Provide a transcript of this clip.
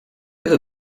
ever